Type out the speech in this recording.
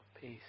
Peace